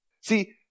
See